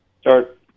start